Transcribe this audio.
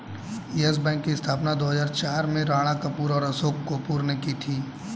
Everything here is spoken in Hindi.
यस बैंक की स्थापना दो हजार चार में राणा कपूर और अशोक कपूर ने की थी